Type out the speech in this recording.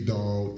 Dog